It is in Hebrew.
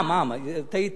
עם, עם, טעיתי.